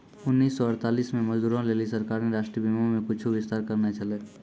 उन्नीस सौ अड़तालीस मे मजदूरो लेली सरकारें राष्ट्रीय बीमा मे कुछु विस्तार करने छलै